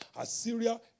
Assyria